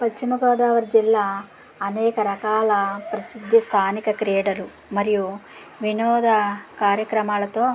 పశ్చిమగోదావరి జిల్లా అనేక రకాల ప్రసిద్ధి స్థానిక క్రీడలు మరియు వినోద కార్యక్రమాలతో